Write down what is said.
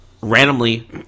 randomly